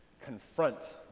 confront